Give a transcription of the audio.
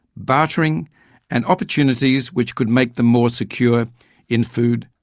bartering and opportunities which could make them more secure in food,